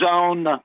zone